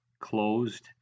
closed